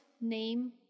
name